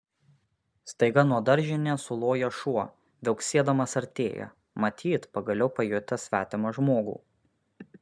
staiga nuo daržinės suloja šuo viauksėdamas artėja matyt pagaliau pajutęs svetimą žmogų